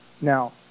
Now